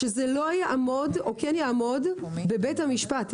שזה לא יעמוד או כן יעמוד בבית המשפט.